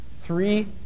three